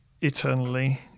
eternally